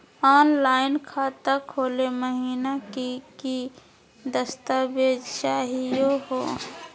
Online खाता खोलै महिना की की दस्तावेज चाहीयो हो?